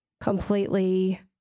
completely